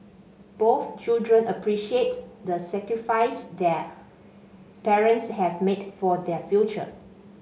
both children appreciate the sacrifice their parents have made for their future